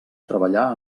treballar